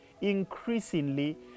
increasingly